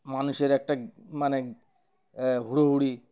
মানুষের একটা মানে হুড়হুড়ি